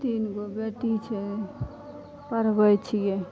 तीन गो बेटी छै पढ़बैत छियै